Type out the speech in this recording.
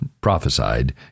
prophesied